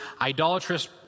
idolatrous